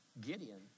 Gideon